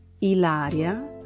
Ilaria